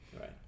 Right